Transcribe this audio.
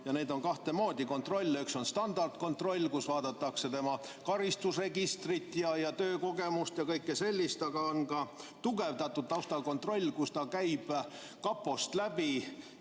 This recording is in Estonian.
On kahtemoodi kontrolle: üks on standardkontroll, kus vaadatakse karistusregistrit, töökogemust ja kõike sellist, aga on ka tugevdatud taustakontroll, kus [inimene] käib kapost läbi